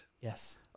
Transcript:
Yes